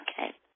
Okay